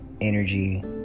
energy